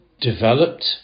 developed